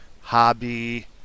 Hobby